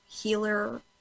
healer